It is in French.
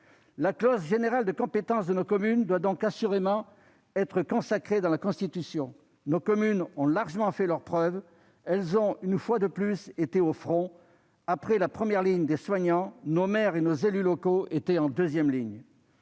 La clause générale de compétence de nos communes doit donc assurément être consacrée dans la Constitution. Nos communes ont largement fait leurs preuves et ont, une fois de plus, été au front : après la première ligne des soignants, nos maires et nos élus locaux étaient en deuxième ligne.